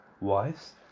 wives